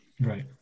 Right